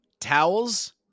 Towels